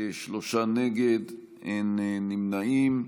שלושה נגד, אין נמנעים.